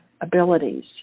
abilities